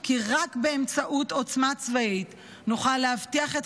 כי רק באמצעות עוצמה צבאית נוכל להבטיח את